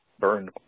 burned